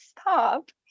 stop